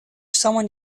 someone